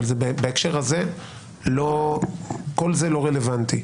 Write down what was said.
בהקשר הזה כל זה לא רלוונטי.